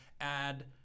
add –